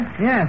Yes